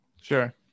sure